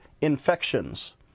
infections